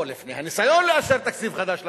או לפני הניסיון לאשר תקציב חדש למדינה,